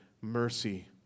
mercy